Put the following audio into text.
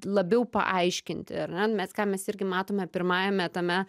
labiau paaiškinti ar ne mes ką mes irgi matome pirmajame tame